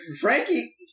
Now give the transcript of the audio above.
Frankie